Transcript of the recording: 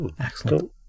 excellent